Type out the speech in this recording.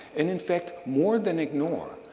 and in fact, more than ignore.